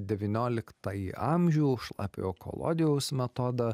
devynioliktąjį amžių šlapiojo kolodijaus metodą